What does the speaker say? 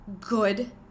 good